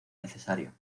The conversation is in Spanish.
necesario